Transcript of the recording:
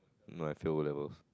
and I failed O-levels